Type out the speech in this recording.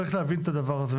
צריך להבין את הדבר הזה.